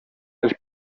els